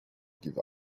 give